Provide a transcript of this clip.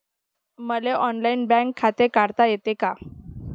मले online bank खाते काढता येते का?